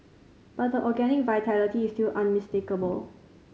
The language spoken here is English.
but the organic vitality is still unmistakable